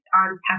on